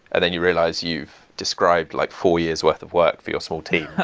and then you realize you've described like four years' worth of work for your small team.